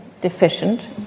deficient